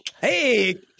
hey